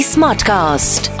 Smartcast